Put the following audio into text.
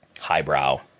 highbrow